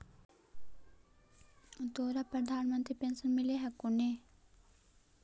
तोहरा प्रधानमंत्री पेन्शन मिल हको ने?